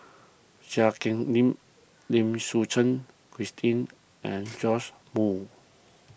Cheang Hong Lim Lim Suchen Christine and Joash Moo